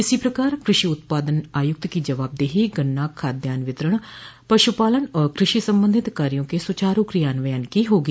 इसी प्रकार कृषि उत्पादन आयुक्त की जवाबदेही गन्ना खाद्यान्न वितरण पशुपालन और क्रषि संबंधित कार्यों के सूचारू क्रियान्वयन की होगी